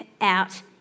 out